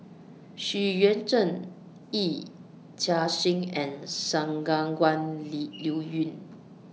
Xu Yuan Zhen Yee Chia Hsing and Liuyun